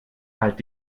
halt